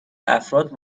افراد